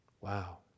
Wow